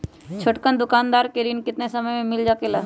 छोटकन दुकानदार के ऋण कितने समय मे मिल सकेला?